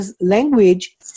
language